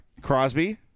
Crosby